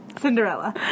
Cinderella